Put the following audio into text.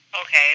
Okay